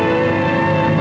and